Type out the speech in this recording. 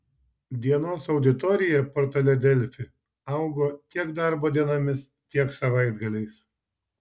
dienos auditorija portale delfi augo tiek darbo dienomis tiek savaitgaliais